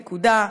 נקודה.